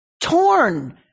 torn